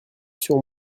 sur